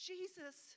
Jesus